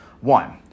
One